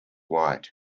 white